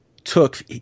took